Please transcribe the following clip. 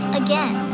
again